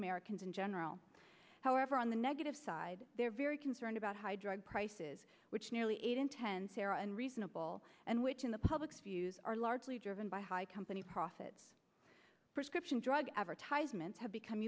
americans in general however on the negative side they're very concerned about high drug prices which nearly eight in ten sarah and reasonable and which in the public's views are largely driven by high company profits prescription drug advertisements have become